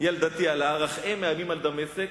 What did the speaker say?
ילדתי על ההר, אך הם מאיימים על דמשק".